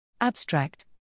Abstract